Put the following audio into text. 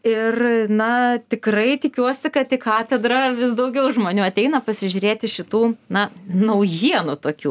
ir na tikrai tikiuosi kad į katedrą vis daugiau žmonių ateina pasižiūrėti šitų na naujienų tokių